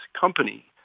company